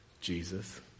Jesus